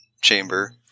chamber